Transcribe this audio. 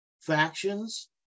factions